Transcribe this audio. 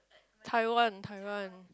Taiwan Taiwan